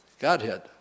Godhead